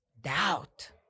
doubt